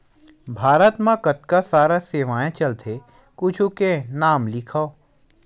भारत मा कतका सारा सेवाएं चलथे कुछु के नाम लिखव?